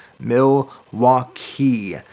Milwaukee